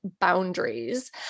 boundaries